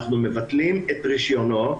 אנחנו מבטלים את רישיונו.